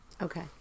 Okay